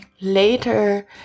later